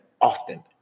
often